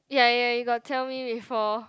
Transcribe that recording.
ya ya he got tell me before